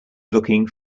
looking